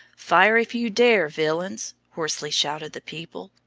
fire, if you dare, villains! hoarsely shouted the people,